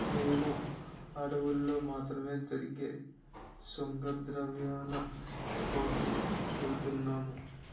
మేము అడవుల్లో మాత్రమే దొరికే సుగంధద్రవ్యాల కోసం వెలుతున్నాము